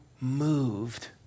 moved